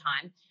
time